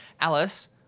Alice